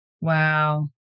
Wow